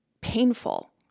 painful